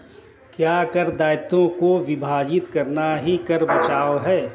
क्या कर दायित्वों को विभाजित करना ही कर बचाव है?